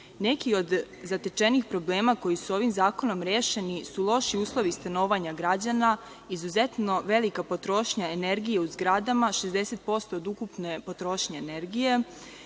od zatečenih problema koji su ovim zakonom rešeni su loši uslovi stanovanja građana, izuzetno velika potrošnja energije u zgradama, 60% od ukupne potrošnje energije,